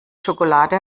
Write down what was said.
schokolade